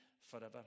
forever